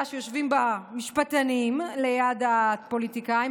שיושבים בה משפטנים ליד הפוליטיקאים,